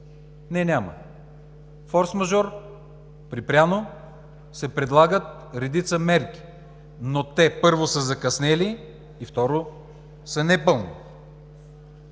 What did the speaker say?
Не, няма. Форсмажор, припряно се предлагат редица мерки, но те са закъснели и са непълни.